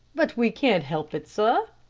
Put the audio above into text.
but we can't help it, sir.